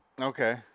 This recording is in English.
Okay